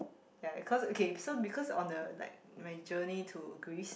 ya cause okay so because on the like my journey to Greece